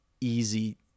easy